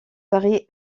varier